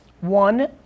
One